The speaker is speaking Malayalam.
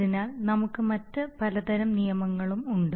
അതിനാൽ നമുക്ക് മറ്റ് പലതരം നിയമങ്ങളും ഉണ്ട്